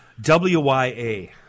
w-y-a